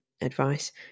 advice